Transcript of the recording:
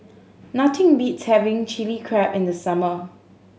nothing beats having Chili Crab in the summer